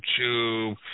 YouTube